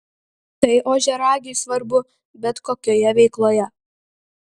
tai ožiaragiui svarbu bet kokioje veikloje